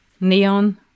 Neon